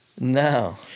No